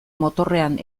motorrean